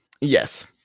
Yes